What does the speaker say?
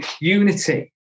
unity